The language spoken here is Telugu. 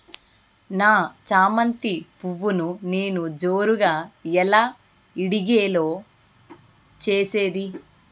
నా చామంతి పువ్వును నేను జోరుగా ఎలా ఇడిగే లో చేసేది?